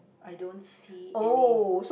I don't see any